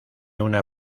una